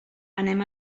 anem